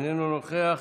איננו נוכח,